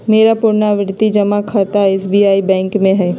मेरा पुरनावृति जमा खता एस.बी.आई बैंक में हइ